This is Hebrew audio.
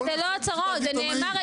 לא אלייך אני מדבר אני אומר כללי.